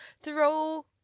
throw